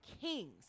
Kings